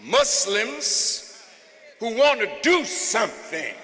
muslims who want to do some thing